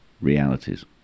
realities